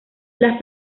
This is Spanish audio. las